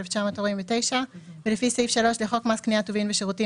התש"ט-1949 ולפי סעיף 3 לחוק מס קנייה (טובין ושירותים),